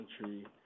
country